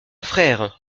frère